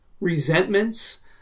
resentments